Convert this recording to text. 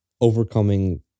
overcoming